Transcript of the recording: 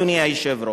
אדוני היושב-ראש,